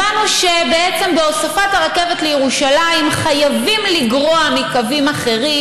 הבנו שבעצם בהוספת הרכבת לירושלים חייבים לגרוע מקווים אחרים,